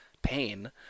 pain